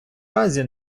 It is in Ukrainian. разі